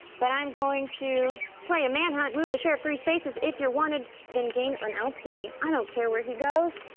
but i'm going to play a manhunt, move the sheriff three spaces. if you're wanted, then gain an lp. i don't care where he goes,